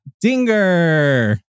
Dinger